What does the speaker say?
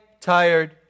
tired